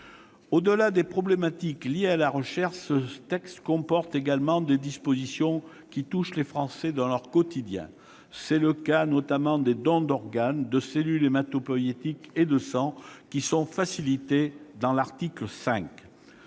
Au-delà des problématiques liées à la recherche, le texte comporte également des dispositions qui touchent les Français dans leur quotidien. Je pense notamment aux dons d'organes, de cellules hématopoïétiques et de sang, qui sont facilités par l'article 5.